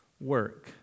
work